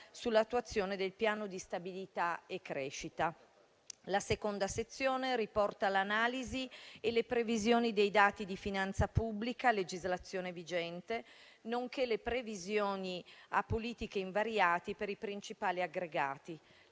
sull'attuazione del Piano di stabilità e crescita. La seconda sezione riporta l'analisi e le previsioni dei dati di finanza pubblica a legislazione vigente, nonché le previsioni a politiche invariate per i principali aggregati.